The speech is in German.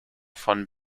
von